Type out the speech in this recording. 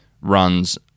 runs